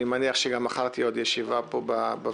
אני מניח שגם מחר תהיה ישיבה בוועדה